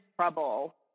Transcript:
trouble